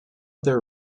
their